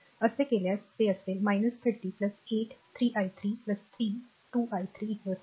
असे केल्यास ते असेल 30 8 3 i 3 3 2 i 3 0